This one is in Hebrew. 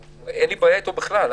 ואין לי בעיה אתו בכלל.